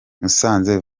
musanze